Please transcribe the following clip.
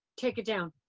take it down.